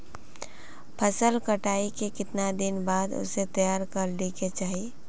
फसल कटाई के कीतना दिन बाद उसे तैयार कर ली के चाहिए?